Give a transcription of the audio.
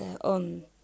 on